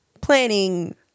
planning